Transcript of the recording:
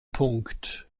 punkt